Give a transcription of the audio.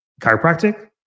Chiropractic